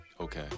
Okay